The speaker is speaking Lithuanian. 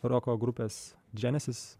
roko grupės dženesis